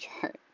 chart